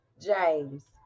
James